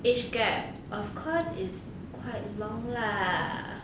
age gap of course is quite long lah